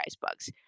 bugs